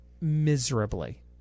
miserably